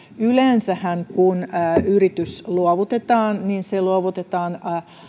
yleensähän kun yritys luovutetaan niin se luovutetaan